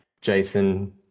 jason